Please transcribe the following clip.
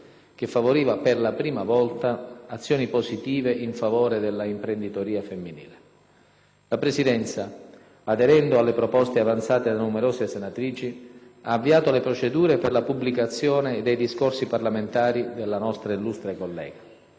che favoriva per la prima volta azioni positive in favore della imprenditoria femminile. La Presidenza, aderendo alle proposte avanzate da numerose senatrici, ha avviato le procedure per la pubblicazione dei discorsi parlamentari della nostra illustre collega.